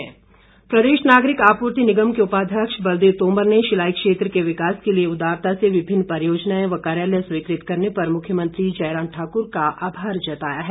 आभार प्रदेश नागरिक आपूर्ति निगम के उपाध्यक्ष बलदेव तोमर ने शिलाई क्षेत्र के विकास के लिए उदारता से विभिन्न परियोजनाए व कार्यालय स्वीकृत करने पर मुख्यमंत्री जयराम ठाकुर का आभार जताया है